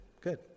Good